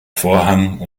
vorhang